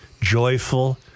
joyful